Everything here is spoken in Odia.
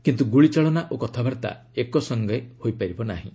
କିନ୍ତୁ ଗୁଳିଚାଳନା ଓ କଥାବାର୍ତ୍ତା ଏକସଙ୍ଗେ ହୋଇପାରିବ ନାହିଁ